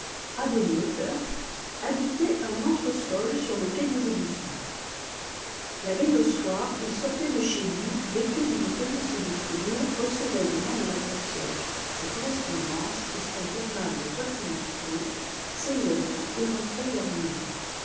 au turf habitait un entresol sur le quai des augustins la veille au soir il sortait de chez lui vêtu d'une pelisse de fourrure recevait des mains de la concierge sa correspondance et son journal le turf illustré s'éloignait et rentrait vers minuit